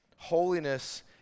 Holiness